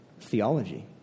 theology